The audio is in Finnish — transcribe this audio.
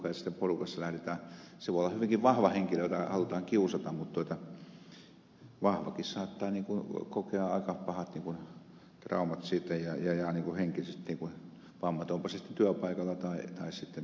se voi olla hyvinkin vahva henkilö jota halutaan kiusata mutta vahvakin saattaa kokea aika pahat traumat siitä ja henkiset vammat onpa se sitten työpaikalla tai koulussa